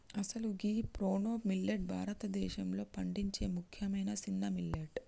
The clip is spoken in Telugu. అసలు గీ ప్రోనో మిల్లేట్ భారతదేశంలో పండించే ముఖ్యమైన సిన్న మిల్లెట్